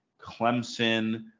Clemson